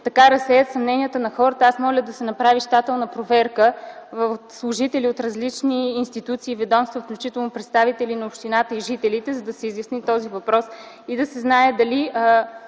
да се разсеят съмненията на хората, аз моля да се направи щателна проверка от служители на различни институции и ведомства, включително и представители на общината и жителите, за да се изясни този въпрос и да се знае дали